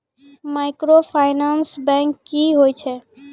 Microfinance bank की होय छै?